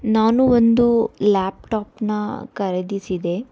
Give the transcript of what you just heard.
ನಾನು ಒಂದು ಲ್ಯಾಪ್ಟಾಪನ್ನ ಖರೀದಿಸಿದೆ